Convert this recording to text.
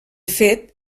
fet